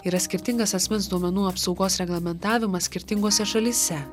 yra skirtingas asmens duomenų apsaugos reglamentavimas skirtingose šalyse